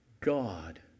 God